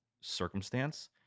circumstance